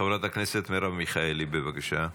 חברת הכנסת מרב מיכאלי, בבקשה.